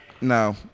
No